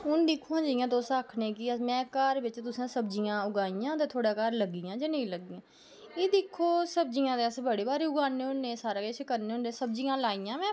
हून दिक्खो जि'यां तुस आखनें कि में घर बिच तुसें सब्जियां उगाइयां ते थुआढ़े घर लग्गियां जां नेईं लग्गियां एह् दिक्खो सब्ज़ियां ते अस बड़े बारी उग्गाने होने सारा किश करने होने सब्ज़ियां लाइयां में